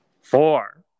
four